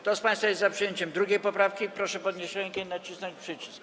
Kto z państwa jest za przyjęciem 2. poprawki, proszę podnieść rękę i nacisnąć przycisk.